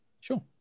sure